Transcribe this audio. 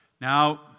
Now